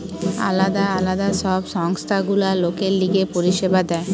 আলদা আলদা সব সংস্থা গুলা লোকের লিগে পরিষেবা দেয়